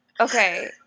okay